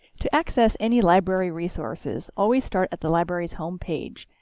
to access any library resources, always start at the library's homepage,